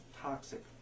toxic